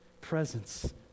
presence